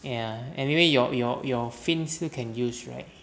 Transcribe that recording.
ya anyway your your your fins still can use right